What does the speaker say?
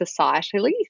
societally